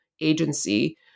agency